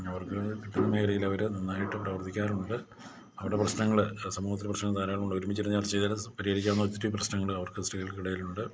അവർക്ക് കിട്ടുന്ന മേഖറിയിൽ അവർ നന്നായിട്ട് പ്രവർത്തിക്കാറുണ്ട് അവരുടെ പ്രശ്നങ്ങൾ സമൂഹത്തിലെ പ്രശ്നങ്ങൾ ധാരാളമുണ്ട് ഒരുമിച്ചിരുന്നു ചർച്ച ചെയ്താൽ പരിഹരിക്കാവുന്ന ഒത്തിരി പ്രശ്നങ്ങൾ അവർക്ക് സ്ത്രീകൾക്ക് ഇടയിൽ ഉണ്ട്